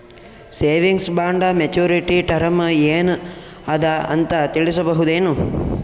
Savings bond maturity term ಏನ ಅದ ಅಂತ ತಿಳಸಬಹುದೇನು?